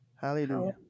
Hallelujah